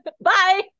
bye